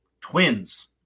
Twins